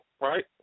right